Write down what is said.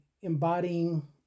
embodying